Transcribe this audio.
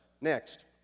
Next